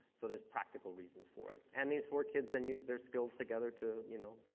so there's practical reasons for it. and these four kids then use their skills together to, you know,